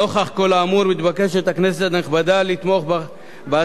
נוכח כל האמור הכנסת הנכבדה מתבקשת לתמוך בהצעת